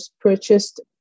purchased